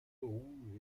rouge